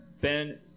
Ben